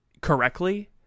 correctly